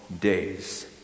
days